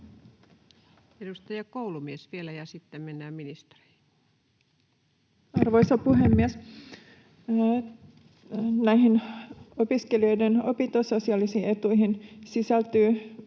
Edustaja Koulumies vielä, ja sitten mennään ministeriin. Arvoisa puhemies! Näihin opiskelijoiden opintososiaalisiin etuihin sisältyy